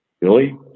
Billy